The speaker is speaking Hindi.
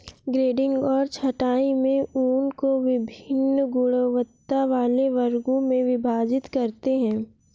ग्रेडिंग और छँटाई में ऊन को वभिन्न गुणवत्ता वाले वर्गों में विभाजित करते हैं